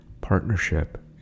partnership